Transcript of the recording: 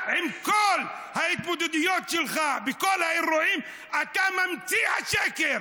במקרים רבים מח"ש העבירה חומר למשטרה אך השוטרים